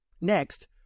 Next